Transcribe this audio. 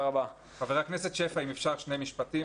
חבר הכנסת שפע, אם אפשר שני משפטים.